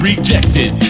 rejected